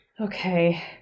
Okay